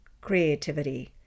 creativity